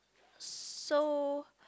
so